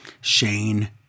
Shane